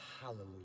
hallelujah